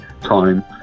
time